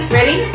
Ready